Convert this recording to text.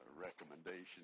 recommendation